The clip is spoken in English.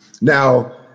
Now